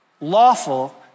lawful